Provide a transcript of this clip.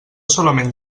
solament